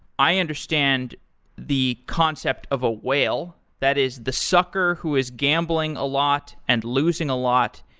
i understand the concept of a whale, that is the sucker who is gambling a lot and losing a lot.